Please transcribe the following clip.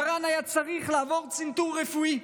מרן היה צריך לעבור צנתור רפואי,